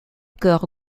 chœur